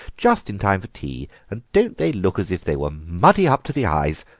just in time for tea, and don't they look as if they were muddy up to the eyes!